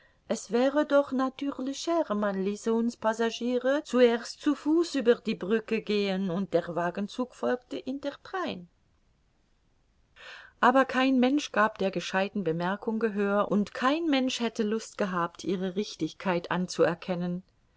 es wäre doch natürlicher man ließe uns passagiere zuerst zu fuß über die brücke gehen und der wagenzug folgte hinterdrein aber kein mensch gab der gescheiten bemerkung gehör und kein mensch hätte lust gehabt ihre richtigkeit anzuerkennen